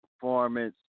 performance